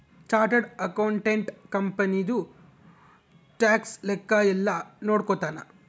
chartered accountant ಕಂಪನಿದು tax ಲೆಕ್ಕ ಯೆಲ್ಲ ನೋಡ್ಕೊತಾನ